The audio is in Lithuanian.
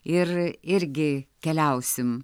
ir irgi keliausim